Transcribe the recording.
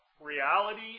reality